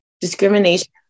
discrimination